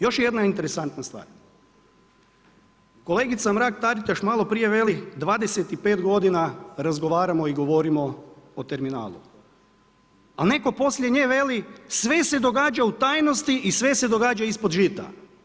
Još jedna interesantna stvar, kolegica Mrak Tariataš, maloprije veli 25 g. razgovaramo i govorimo o terminalu, a netko poslije nje veli, sve se događa u tajnosti i sve se događa ispod žita.